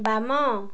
ବାମ